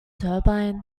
turbine